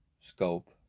scope